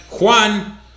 Juan